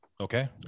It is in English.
Okay